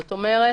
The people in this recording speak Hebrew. זאת אומרת,